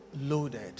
loaded